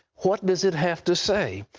what does it have to say?